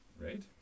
Right